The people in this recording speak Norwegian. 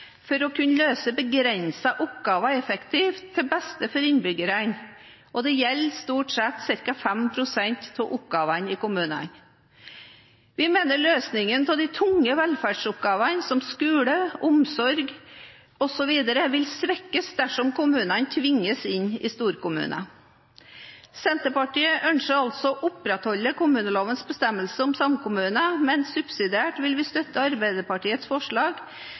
for å kunne løse begrensede oppgaver effektivt, til beste for innbyggerne. Det gjelder stort sett ca. 5 pst. av oppgavene i kommunene. Vi mener løsningen av de tunge velferdsoppgavene, som skole, omsorg osv., vil svekkes dersom kommunene tvinges inn i storkommuner. Senterpartiet ønsker altså å opprettholde kommunelovens bestemmelser om samkommune, men subsidiært vil vi støtte Arbeiderpartiets forslag,